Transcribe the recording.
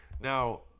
Now